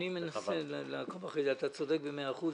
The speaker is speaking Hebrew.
אני מנסה לעקוב אחרי זה, אתה צודק במאה אחוז.